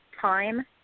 time